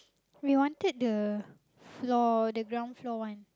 we wanted the floor the ground floor one